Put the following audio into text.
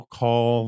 call